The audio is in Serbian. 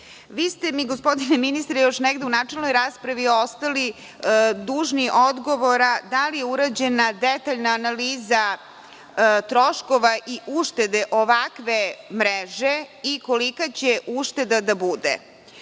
ste mi, gospodine ministre, još negde u načelnoj raspravi ostali dužni odgovora – da li je urađena detaljna analiza troškova i uštede ovakve mreže i kolika će ušteda da bude?